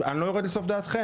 אני לא יורד לסוף דעתכם.